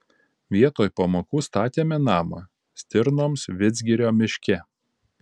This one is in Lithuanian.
vietoj pamokų statėme namą stirnoms vidzgirio miške